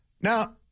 now